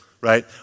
right